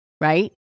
right